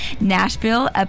Nashville